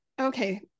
okay